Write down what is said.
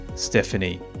Stephanie